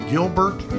Gilbert